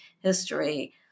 history